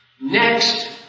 Next